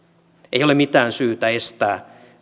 ei ole mitään syytä estää